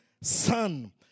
son